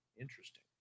Interesting